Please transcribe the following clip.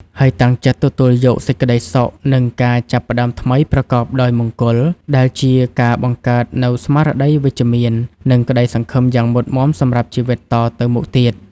ហើយតាំងចិត្តទទួលយកសេចក្តីសុខ និងការចាប់ផ្តើមថ្មីប្រកបដោយមង្គល ដែលជាការបង្កើតនូវស្មារតីវិជ្ជមាន និងក្តីសង្ឃឹមយ៉ាងមុតមាំសម្រាប់ជីវិតតទៅមុខទៀត។